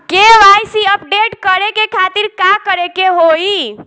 KYC update करे के खातिर का करे के होई?